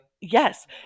Yes